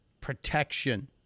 protection